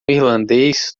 irlandês